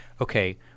okay